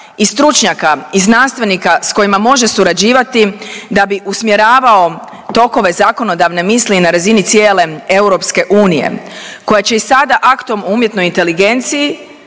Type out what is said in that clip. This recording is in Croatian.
i stručnjaka i znanstvenika s kojima može surađivati da bi usmjeravao tokove zakonodavne misli i na razini cijele EU, koja će i sada Aktom o umjetnoj inteligenciji